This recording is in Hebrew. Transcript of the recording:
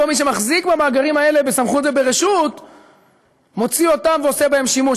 מי שמחזיק במאגרים האלה בסמכות וברשות מוציא אותם ועושה בהם שימוש.